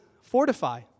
fortify